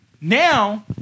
Now